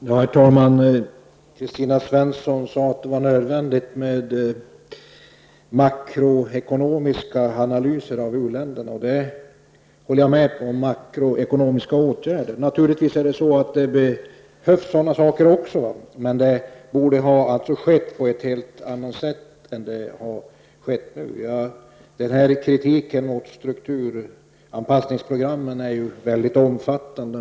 Herr talman! Kristina Svensson sade att det är nödvändigt med makroekonomiska analyser av uländerna. Jag håller med om detta och om att det behövs makroekonomiska åtgärder. Naturligtvis behövs det också sådant. Men det borde ha gått till på ett helt annat sätt än nu. Kritiken mot strukturanpassningsprogrammen är ju mycket omfattande.